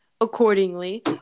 accordingly